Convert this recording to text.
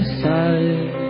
side